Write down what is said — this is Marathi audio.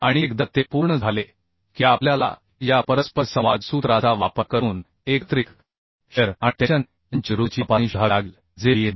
आणि एकदा ते पूर्ण झाले की आपल्याला या परस्परसंवाद सूत्राचा वापर करून एकत्रित शिअर आणि टेन्शन यांच्याविरुद्धची तपासणी शोधावी लागेल जे VSB